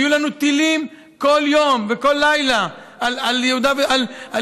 יהיו לנו טילים כל יום וכל לילה על ירושלים